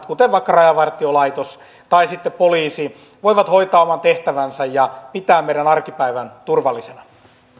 kuten vaikka rajavartiolaitos tai sitten poliisi voivat hoitaa oman tehtävänsä ja pitää meidän arkipäivän turvallisena